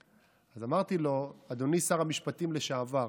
אז אמרתי לו: אדוני שר המשפטים לשעבר,